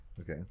Okay